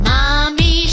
Mommy